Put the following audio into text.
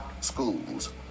schools